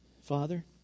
Father